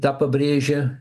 tą pabrėžia